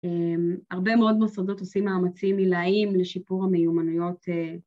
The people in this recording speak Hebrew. הרבה מאוד מוסדות עושים מאמצים עילאיים לשיפור המיומנויות.